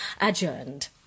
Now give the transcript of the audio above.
adjourned